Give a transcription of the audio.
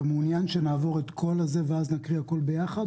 אתה מעוניין שנעבור את הכול ואז נקריא הכול ביחד,